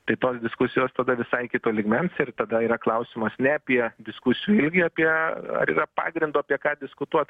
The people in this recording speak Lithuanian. tai tos diskusijos tada visai kito lygmens ir tada yra klausimas ne apie diskusijų ilgį apie ar yra pagrindo apie ką diskutuot